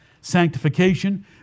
sanctification